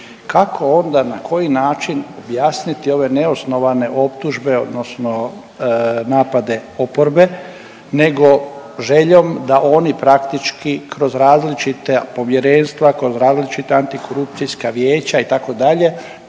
Kako onda i na koji način objasniti ove neosnovane optužbe odnosno napade oporbe nego željom da oni praktički kroz različita povjerenstva, kroz različita Antikorupcijska vijeća itd.